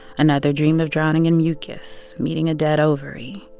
another dream of drowning in mucus, meeting a dead ovary.